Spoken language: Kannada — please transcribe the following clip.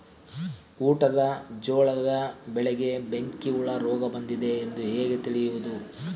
ಊಟದ ಜೋಳದ ಬೆಳೆಗೆ ಬೆಂಕಿ ಹುಳ ರೋಗ ಬಂದಿದೆ ಎಂದು ಹೇಗೆ ತಿಳಿಯುವುದು?